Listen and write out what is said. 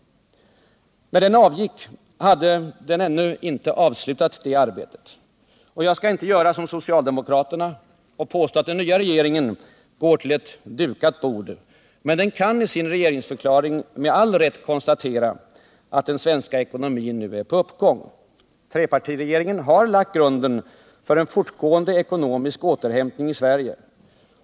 När den avgick hade den ännu inte avslutat det arbetet. Jag skall inte göra som socialdemokraterna och påstå att den nya minoritetsregeringen går till ett dukat bord. Men den kan i sin regeringsförklaring med all rätt konstatera att ”den svenska ekonomin nu är på uppgång”. Trepartiregeringen har lagt grunden för en fortgående ekonomisk återhämtning i Sverige.